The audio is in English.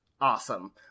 Awesome